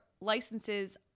licenses